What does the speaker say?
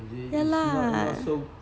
yeah lah